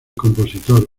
compositor